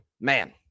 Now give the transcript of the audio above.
Man